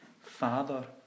Father